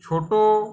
ছোটো